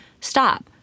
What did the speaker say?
Stop